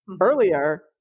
Earlier